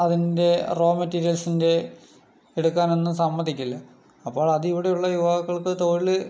അതിൻ്റെ റോ മെറ്റീരിയൽസിൻ്റെ എടുക്കാനൊന്നും സമ്മതിക്കില്ല അപ്പോൾ അത് ഇവിടെയുള്ള യുവാക്കൾക്ക് തൊഴില്